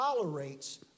tolerates